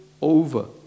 over